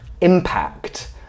impact